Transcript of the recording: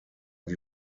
die